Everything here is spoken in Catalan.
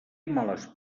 males